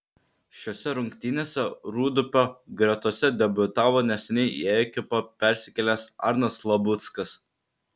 šiose rungtynėse rūdupio gretose debiutavo neseniai į ekipą persikėlęs arnas labuckas